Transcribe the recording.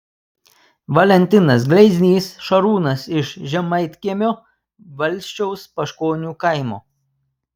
valentinas gleiznys šarūnas iš žemaitkiemio valsčiaus paškonių kaimo